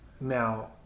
Now